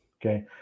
Okay